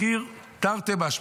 מחיר תרתי משמע,